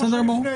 כמו שהיה לפני.